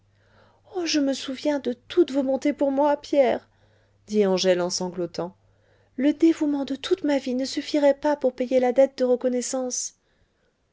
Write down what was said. oh je me souviens de toutes vos bontés pour moi pierre dit angèle en sanglotant le dévouement de toute ma vie ne suffirait pas pour payer la dette de reconnaissance